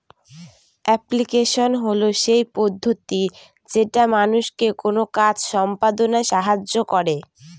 application হল সেই পদ্ধতি যেটা মানুষকে কোনো কাজ সম্পদনায় সাহায্য করে